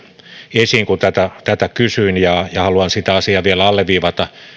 esiin kun tätä tätä kysyin ja haluan vielä alleviivata